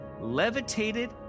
levitated